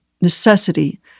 necessity